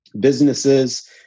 businesses